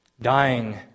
Dying